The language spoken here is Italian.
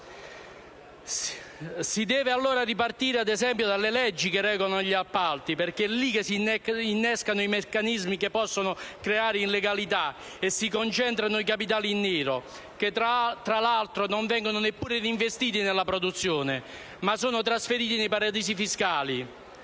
Si deve ripartire - ad esempio - dalle leggi che regolano gli appalti, perché è lì che si innescano i meccanismi che possono creare illegalità e si concentrano i capitali in nero, che tra l'altro non vengono neppure reinvestiti nella produzione, ma sono trasferiti nei paradisi fiscali.